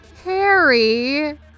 Harry